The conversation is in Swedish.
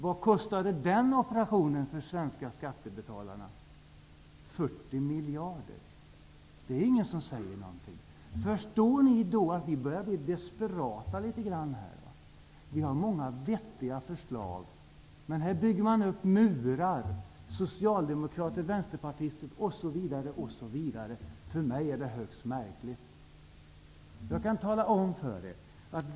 Vad kostade den operationen för de svenska skattebetalarna? 40 miljarder kronor! Men det är ingen som säger någonting om den saken. Förstår ni att vi börjar bli litet grand desperata? Vi har många vettiga förslag, men socialdemokrater, vänsterpartister m.fl. bygger upp murar mot oss. För mig framstår det som högst märkligt.